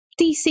DC